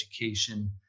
education